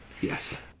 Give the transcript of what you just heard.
Yes